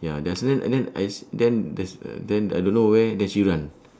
ya then s~ then and then I s~ then there's uh then I don't know why then she run